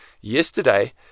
Yesterday